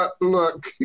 look